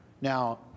Now